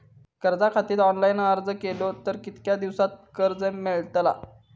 कर्जा खातीत ऑनलाईन अर्ज केलो तर कितक्या दिवसात कर्ज मेलतला?